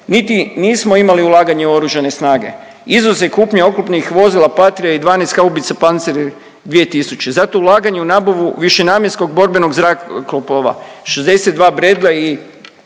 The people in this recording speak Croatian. niti nismo imali ulaganje u oružane snage, izuzev kupnje oklopnih vozila Patria i 12 haubica pancir 2000. Zato ulaganje u nabavu višenamjenskog borbenog zrakoplova 62 Bradleya i